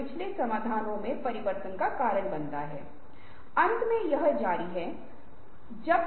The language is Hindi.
इसलिए उम्मीद है कि यह एक सकारात्मक दृष्टिकोण के साथ काम करेगा जो आप थोड़ी तार्किक सोच के साथ कर रहे हैं